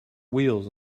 wheels